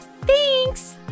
Thanks